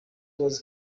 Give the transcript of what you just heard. was